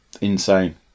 insane